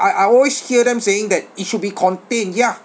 I I always hear them saying that it should be contained yah